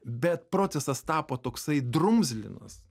bet procesas tapo toksai drumzlinas